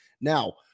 Now